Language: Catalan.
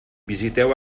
visiteu